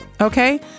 okay